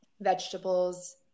vegetables